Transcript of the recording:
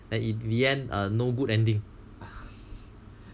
then in the end err no good ending